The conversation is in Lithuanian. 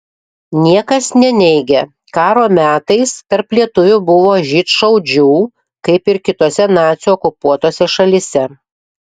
niekas neneigia karo metais tarp lietuvių buvo žydšaudžių kaip ir kitose nacių okupuotose šalyse